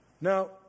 Now